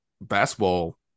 basketball